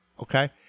Okay